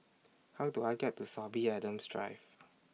How Do I get to Sorby Adams Drive